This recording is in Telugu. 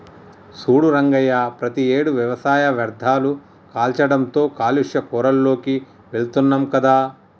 సూడు రంగయ్య ప్రతియేడు వ్యవసాయ వ్యర్ధాలు కాల్చడంతో కాలుష్య కోరాల్లోకి వెళుతున్నాం కదా